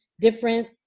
different